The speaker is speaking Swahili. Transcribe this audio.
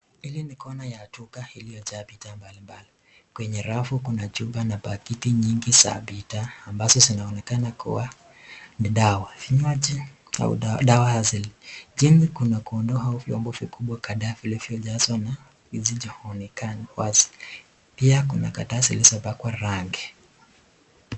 Hili ni kona ya duka iliyojaa bidhaa mbalimbali. Kwenye rafu kuna chupa na pakiti nyingi za bidhaa ambazo zinaonekana kuwa ni dawa, vinywaji au dawa. Chini kuna ndoo au vyombo vikubwa kadhaa vilivyojazwa na hizi zikionekana wazi. Pia kuna karatasi zilizopakwa rangi.